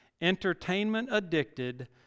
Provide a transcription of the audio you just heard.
entertainment-addicted